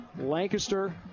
Lancaster